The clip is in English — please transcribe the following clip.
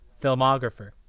filmographer